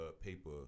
paper